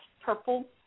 purple